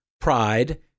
pride